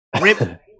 Rip